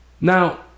Now